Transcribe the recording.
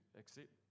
accept